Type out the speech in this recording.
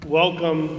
welcome